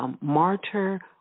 martyr